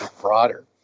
broader